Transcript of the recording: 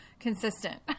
Consistent